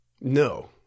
no